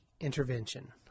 intervention